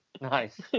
Nice